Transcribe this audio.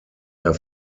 der